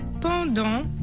pendant